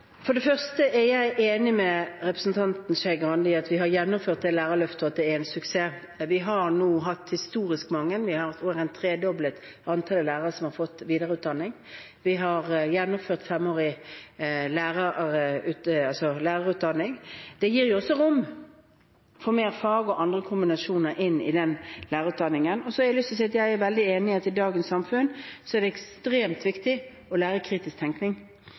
For det første er jeg enig med representanten Skei Grande i at vi har gjennomført lærerløftet, og at det er en suksess. Det er nå historisk mange lærere – vi har tredoblet antallet – som har fått videreutdanning. Vi har gjennomført femårig lærerutdanning. Det gir også rom for mer fag og andre kombinasjoner i lærerutdanningen. Så har jeg lyst til å si at jeg er veldig enig i at i dagens samfunn er det ekstremt viktig å lære kritisk tenkning.